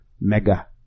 Mega